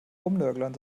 rumnörglern